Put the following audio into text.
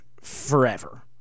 forever